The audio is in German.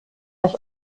das